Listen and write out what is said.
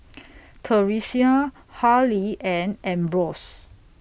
Theresia Harlie and Ambrose